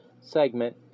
segment